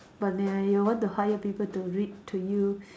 but then you want to hire people to read to you